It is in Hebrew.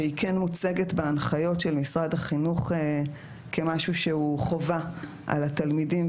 שהיא כן מוצגת בהנחיות של משרד החינוך כמשהו שהוא חובה על התלמידים,